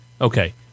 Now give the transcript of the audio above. okay